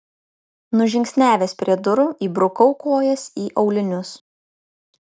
nužingsniavęs prie durų įbrukau kojas į aulinius